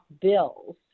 bills